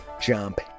jump